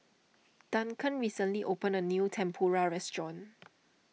Duncan recently opened a new Tempura restaurant